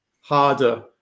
harder